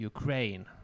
Ukraine